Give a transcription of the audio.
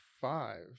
five